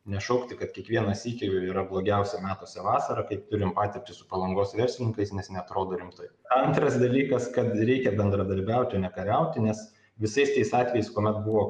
nešaukti kad kiekvieną sykį yra blogiausia metuose vasara kai turim patirtį su palangos verslininkais nes neatrodo rimtai antras dalykas kad reikia bendradarbiaut o ne kariaut nes visais tais atvejais kuomet buvo